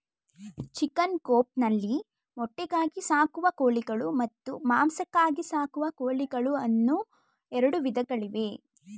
chicken coop ನಲ್ಲಿ ಮೊಟ್ಟೆಗಾಗಿ ಸಾಕುವ ಕೋಳಿಗಳು ಮತ್ತು ಮಾಂಸಕ್ಕಾಗಿ ಸಾಕುವ ಕೋಳಿಗಳು ಅನ್ನೂ ಎರಡು ವಿಧಗಳಿವೆ